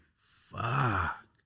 Fuck